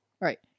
Right